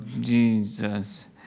Jesus